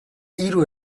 hiru